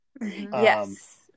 Yes